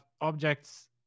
objects